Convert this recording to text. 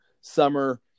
summer